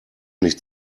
nicht